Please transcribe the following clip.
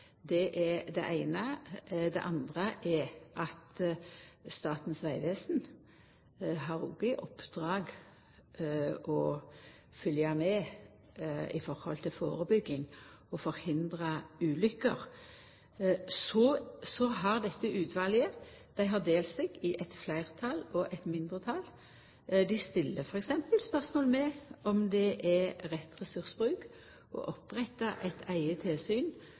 Det er det eine. Det andre er at Statens vegvesen òg har i oppdrag å følgja med når det gjeld førebygging og å forhindra ulykker. Så har dette utvalet delt seg i eit fleirtal og eit mindretal. Dei stiller f.eks. spørsmål ved om det er rett ressursbruk å oppretta eit eige tilsyn